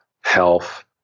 health